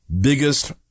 Biggest